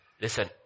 listen